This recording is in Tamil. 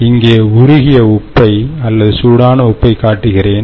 இங்கே உருகிய உப்பை அல்லது சூடான உப்பை காட்டுகிறேன்